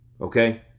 okay